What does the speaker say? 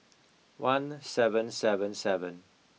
one seven seven seven